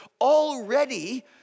already